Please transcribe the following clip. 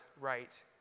right